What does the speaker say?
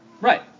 Right